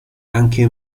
anche